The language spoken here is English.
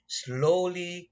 slowly